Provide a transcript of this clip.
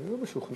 אני לא משוכנע.